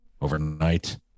overnight